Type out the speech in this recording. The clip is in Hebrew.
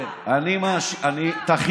אז אתה מאשים אותו או אותם?